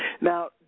Now